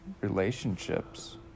relationships